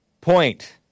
point